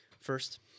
First